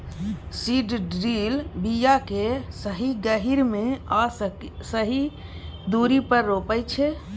seed drill बीया केँ सही गहीर मे आ सही दुरी पर रोपय छै